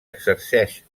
exerceix